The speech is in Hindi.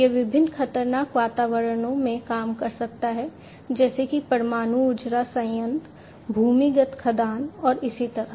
यह विभिन्न खतरनाक वातावरणों में काम कर सकता है जैसे कि परमाणु ऊर्जा संयंत्र भूमिगत खदान और इसी तरह